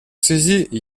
связи